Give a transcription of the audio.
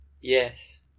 Yes